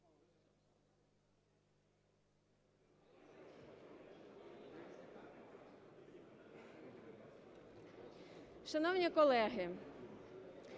Шановні колеги,